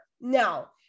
Now